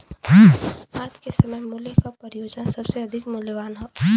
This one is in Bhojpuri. आज के समय क मूल्य क परियोजना सबसे अधिक मूल्यवान हौ